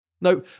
No